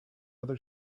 other